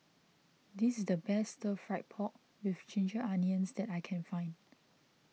this is the best Stir Fried Pork with Ginger Onions that I can find